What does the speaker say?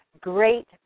great